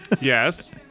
Yes